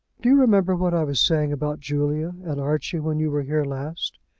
do you remember what i was saying about julia and archie when you were here last?